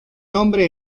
nombre